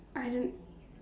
I don't